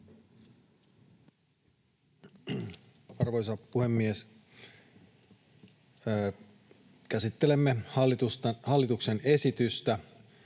Arvoisa puhemies! Käsittelemme hallituksen esitystä